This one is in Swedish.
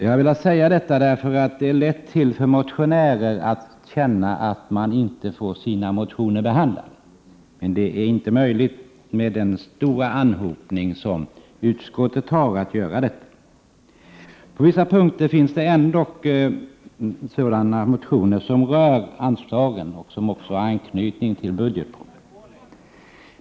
Jag har velat säga detta, eftersom det ligger nära till hands för motionärer att känna att behandlingen av deras motioner drar ut på tiden. Men med den stora arbetsanhopningen i utskottet har det inte varit möjligt att göra på annat sätt. Det har emellertid även väckts motioner beträffande anslagen, motioner som alltså har anknytning till budgetpropositionen.